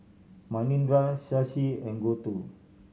Manindra Shashi and Gouthu